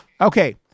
Okay